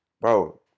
bro